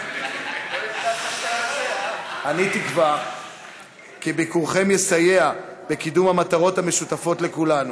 כי ביקורכם יסייע בקידום המטרות המשותפות לכולנו.